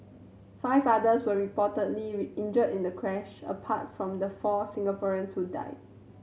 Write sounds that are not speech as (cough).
five others were reportedly (unintelligible) injured in the crash apart from the four Singaporeans who died